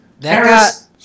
Paris